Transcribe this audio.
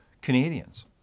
canadians